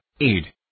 aid